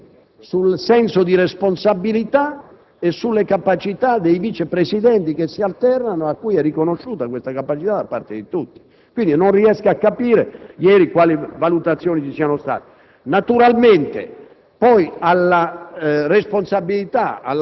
ho la più assoluta fiducia nel senso di responsabilità e nelle capacità dei Vice presidenti che si alternano alla Presidenza dell'Assemblea, cui è riconosciuta questa capacità da parte di tutti. Quindi, non riesco a capire quali valutazioni ci siano state